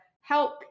help